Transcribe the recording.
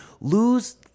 lose